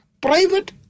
Private